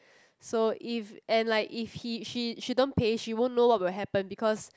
so if and like if he she she don't pay she won't know what will happen because